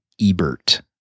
Ebert